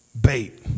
bait